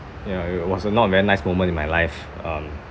ya it was a not a very nice moment in my life um